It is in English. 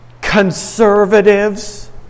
conservatives